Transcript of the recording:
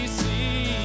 see